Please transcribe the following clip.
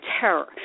terror